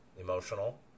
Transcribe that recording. emotional